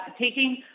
taking